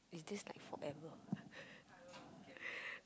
is this like forever or what